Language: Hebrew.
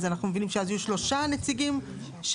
אז אנחנו מבינים שאז יהיו שלושה נציגים של